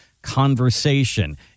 conversation